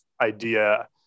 idea